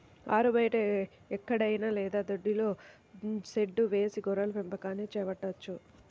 ఆరుబయట ఎక్కడైనా లేదా దొడ్డిలో షెడ్డు వేసి గొర్రెల పెంపకాన్ని చేపట్టవచ్చు